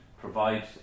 provide